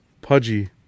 pudgy